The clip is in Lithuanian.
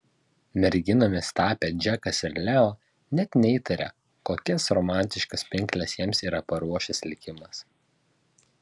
merginomis tapę džekas ir leo net neįtaria kokias romantiškas pinkles jiems yra paruošęs likimas